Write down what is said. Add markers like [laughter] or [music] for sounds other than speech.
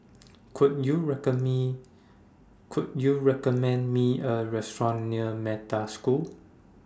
Could YOU [unintelligible] Me Could YOU recommend Me A Restaurant near Metta School